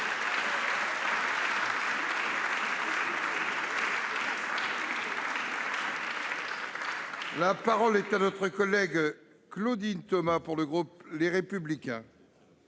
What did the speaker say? La parole est à Mme Claudine Thomas, pour le groupe Les Républicains.